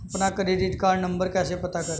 अपना credit card number कैसे पता करें?